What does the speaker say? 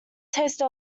taste